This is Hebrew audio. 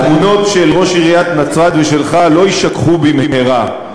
התמונות של ראש עיריית נצרת ושלך לא יישכחו במהרה,